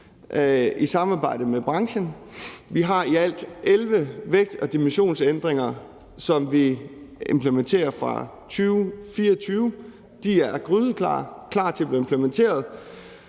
i samarbejde med branchen. Vi har i alt 11 vægt- og dimensionsændringer, som vi implementerer fra 2024. De er grydeklar, klar til at blive implementeret.